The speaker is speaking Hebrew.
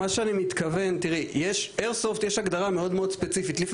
מה שאני מתכוון הוא שיש הגדרה מאוד ספציפית למה זה איירסופט.